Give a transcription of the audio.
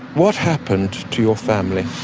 what happened to your family?